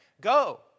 Go